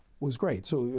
was great. so, yeah